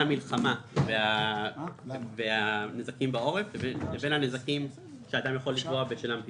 המלחמה והנזקים בעורף לבין הנזקים שאדם יכול לתבוע בשלהם פיצוי.